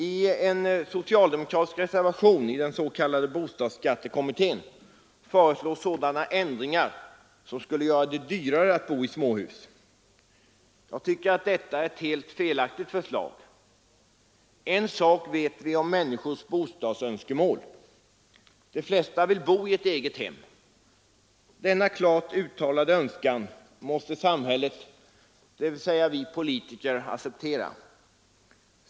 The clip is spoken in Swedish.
I en socialdemokratisk reservation i den s.k. bostadsskattekommittén föreslås sådana ändringar som skulle göra det dyrare att bo i småhus. Jag tycker att detta är ett helt felaktigt förslag. En sak vet vi nämligen om människors bostadsönskemål; de flesta vill bo i ett egethem. Denna klart uttalade önskan måste samhället, dvs. vi politiker, acceptera.